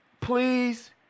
please